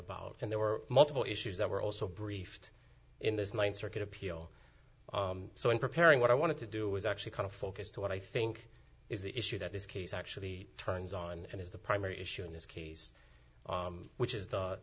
about and there were multiple issues that were also briefed in this th circuit appeal so in preparing what i wanted to do was actually kind of focused to what i think is the issue that this case actually turns on and is the primary issue in this case which is the